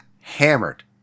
hammered